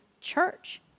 church